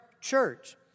church